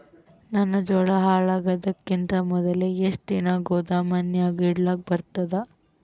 ನನ್ನ ಜೋಳಾ ಹಾಳಾಗದಕ್ಕಿಂತ ಮೊದಲೇ ಎಷ್ಟು ದಿನ ಗೊದಾಮನ್ಯಾಗ ಇಡಲಕ ಬರ್ತಾದ?